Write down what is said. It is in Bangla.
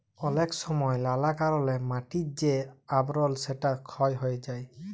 অলেক সময় লালা কারলে মাটির যে আবরল সেটা ক্ষয় হ্যয়ে যায়